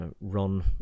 run